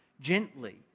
gently